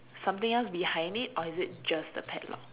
something else behind it or is it just the padlock